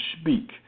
speak